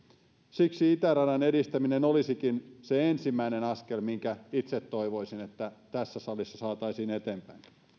siksi itäradan edistäminen olisikin se ensimmäinen askel minkä itse toivoisin että tässä salissa saataisiin eteenpäin arvoisa